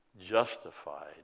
justified